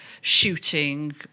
shooting